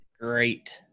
Great